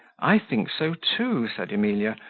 i think so, too, said emilia,